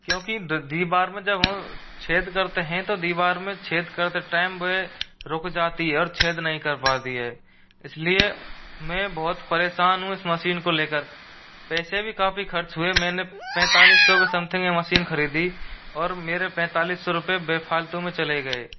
क्योंकि दीवार में जब हम छेद करते हैं तो दीवार में छेद करते टाइम वह रुक जाती है और छेद नहीं कर पाती है इस लिए मैं बहुत परेशान हूँ इस मशीन को ले कर पैसे भी काफ़ी ख़र्च हुए मैंने पैंतालीस सौ में समथिंग में मशीन ख़रीदी और मेरे पैंतालीस सौ रुपये बेफ़ालतू में चले गए